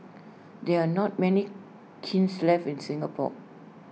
there are not many kilns left in Singapore